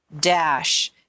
dash